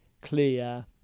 clear